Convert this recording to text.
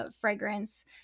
fragrance